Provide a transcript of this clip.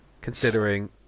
considering